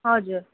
हजुर